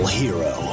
hero